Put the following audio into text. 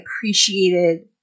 appreciated